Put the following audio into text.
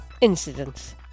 incidents